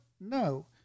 No